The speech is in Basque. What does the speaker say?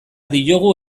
diogu